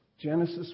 genesis